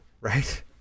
right